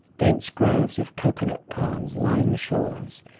dense groves of cocoa-nut palms line the shores,